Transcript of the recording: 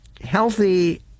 healthy